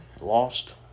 Lost